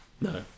No